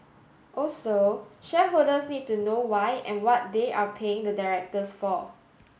also shareholders need to know why and what they are paying the directors for